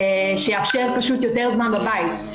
שיאפשר יותר זמן בבית.